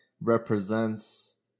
represents